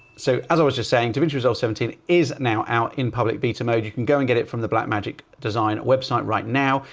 so as i was just saying, davinci resolve seventeen is now out in public beta mode. you can go and get it from the black magic design website right now.